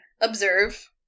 observe